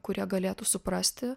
kurie galėtų suprasti